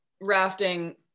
rafting